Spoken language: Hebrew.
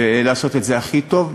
ולעשות את זה הכי טוב.